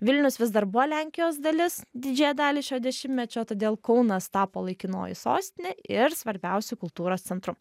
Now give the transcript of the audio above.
vilnius vis dar buvo lenkijos dalis didžiąją dalį šio dešimtmečio todėl kaunas tapo laikinoji sostinė ir svarbiausiu kultūros centru